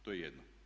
To je jedno.